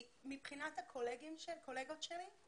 מבחינת הקולגות שלי,